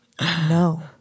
No